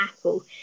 Apple